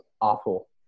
awful